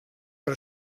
per